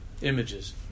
images